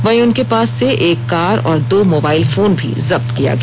वहीं उनके पास से एक कार और दो मोबाइल फोन भी जप्त किया गया